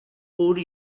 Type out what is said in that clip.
pur